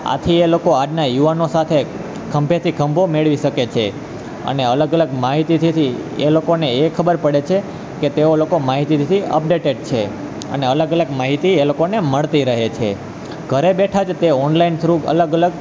આથી એ લોકો આજના યુવાનો સાથે ખંભેથી ખંભો મેળવી શકે છે અને અલગ અલગ માહિતીથી એ લોકોને એ ખબર પડે છે કે તેઓ લોકો માહિતીથી અપડેટેડ છે અને અલગ અલગ માહિતી એ લોકોને મળતી રહે છે ઘરે બેઠા જ તે ઓનાલીન થ્રુ અલગ અલગ